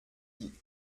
die